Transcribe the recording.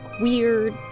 weird